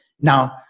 Now